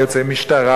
ליוצאי משטרה,